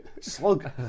slug